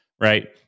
right